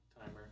timer